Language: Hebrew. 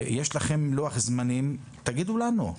אם יש לכם לוח זמנים, תגידו לנו.